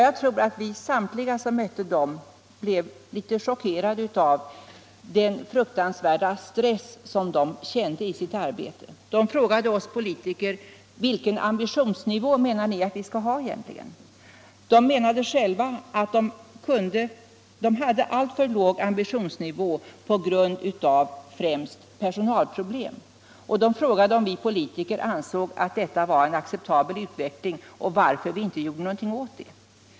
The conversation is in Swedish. Jag tror att alla vi som mötte dem blev litet chockerade över den fruktansvärda stress som de kände i sitt arbete. De frågade oss politiker: Vilken ambitionsnivå menar ni att vi skall ha egentligen? De menade själva att de hade en alltför låg ambitionsnivå, främst på grund av personalproblem, och de frågade om vi politiker ansåg att detta var en acceptabel utveckling och varför vi inte gjorde något åt det.